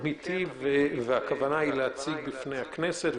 אמיתי והכוונה היא להציג בפני הכנסת.